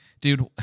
dude